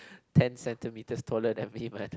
ten centimeters taller than me but